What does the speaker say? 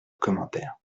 commentaire